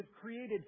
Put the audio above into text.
created